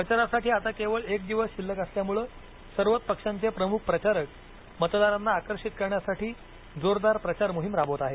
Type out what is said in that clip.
प्रचारासाठी आता केवळ एक दिवस शिल्लक असल्यामुळे सर्वच पक्षांचे प्रमुख प्रचारक मतदारांना आकर्षित करण्यासाठी जोरदार प्रचार मोहीम राबवत आहेत